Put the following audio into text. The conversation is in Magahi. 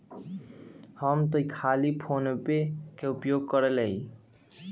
हम तऽ खाली फोनेपे के उपयोग करइले